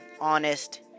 honest